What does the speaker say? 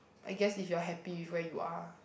I guess if you are happy with where you are